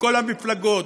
מכל המפלגות,